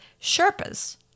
Sherpas